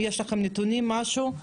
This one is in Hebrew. אם יש לכם נתונים או משהו.